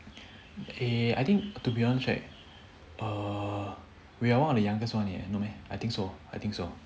eh I think to be honest right err we are one of the youngest one eh no meh I think so I think so